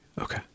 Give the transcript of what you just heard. Okay